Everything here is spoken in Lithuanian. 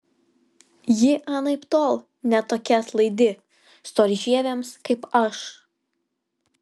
ji anaiptol ne tokia atlaidi storžieviams kaip aš